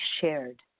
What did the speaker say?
shared